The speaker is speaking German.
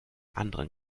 anderen